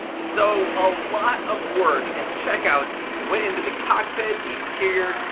so a lot of work and check outs went into the cockpit, the interior,